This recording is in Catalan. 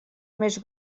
més